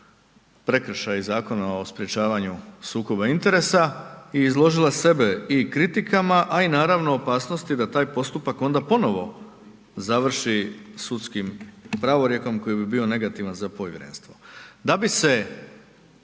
prekršaj Zakona o sprječavanju sukoba interesa i izložila sebe i kritikama a i naravno, opasnost da taj postupak onda ponovno završi sudskim pravorijekom koji bi bio negativan za povjerenstvo. Da bi se